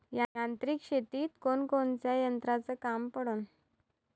यांत्रिक शेतीत कोनकोनच्या यंत्राचं काम पडन?